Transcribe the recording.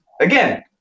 again